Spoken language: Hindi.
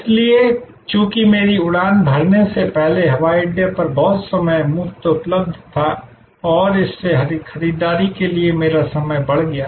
इसलिए चूंकि मेरी उड़ान भरने से पहले हवाई अड्डे पर बहुत समय मुफ्त उपलब्ध था और इससे खरीदारी के लिए मेरा समय बढ़ गया